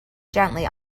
gently